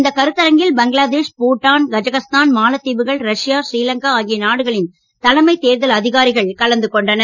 இந்த கருத்தரங்கில் பங்களாதேஷ் பூட்டான் கஜகஸ்தான் மாலத்தீவுகள் ரஷ்யா ஸ்ரீலங்கா ஆகிய நாடுகளின் தலைமை தேர்தல் அதிகாரிகள் கலந்துக் கொண்டனர்